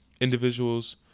individuals